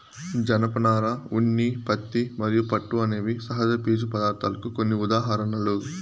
జనపనార, ఉన్ని, పత్తి మరియు పట్టు అనేవి సహజ పీచు పదార్ధాలకు కొన్ని ఉదాహరణలు